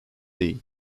değil